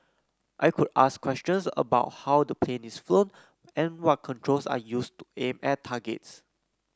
I could ask questions about how the plane is flown and what controls are used to aim at targets